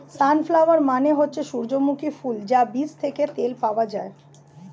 sunflower মানে হচ্ছে সূর্যমুখী ফুল যার বীজ থেকে তেল পাওয়া যায়